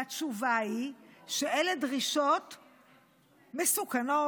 והתשובה היא שאלה דרישות מסוכנות,